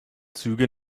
züge